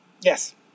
Yes